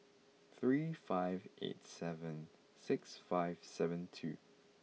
three five eight seven six five seven two